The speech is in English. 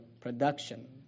production